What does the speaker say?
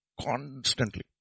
constantly